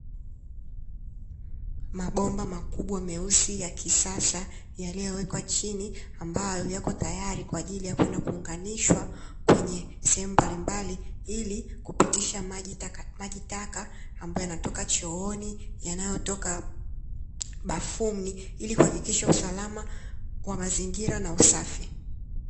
Mabomba makubwa meusi ya kisasa yaliyowekwa chini ambayo yako tayari kwa ajili kwenda kuunganishwa kwenye sehemu mbalimbali ili kupitisha maji taka ambayo yanayotoka chooni, yanayotoka bafuni ili kuhakikisha usalama wa mazingira na usafi.